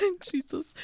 Jesus